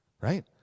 Right